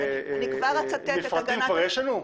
מפרטים כבר יש לנו?